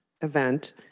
event